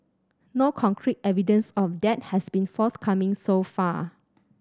no concrete evidence of that has been forthcoming so far